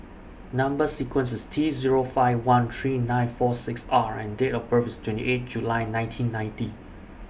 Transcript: Number sequence IS T Zero five one three nine four six R and Date of birth IS twenty eight July nineteen ninety